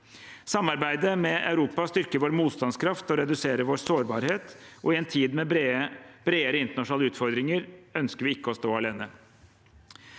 Samarbeidet med Europa styrker vår motstandskraft og reduserer vår sårbarhet, og i en tid med bredere internasjonale utfordringer ønsker vi ikke å stå alene.